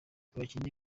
abakinnyi